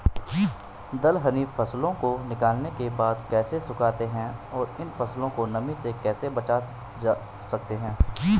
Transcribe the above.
दलहनी फसलों को निकालने के बाद कैसे सुखाते हैं और इन फसलों को नमी से कैसे बचा सकते हैं?